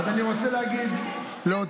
אז אני רוצה להגיד לאותם,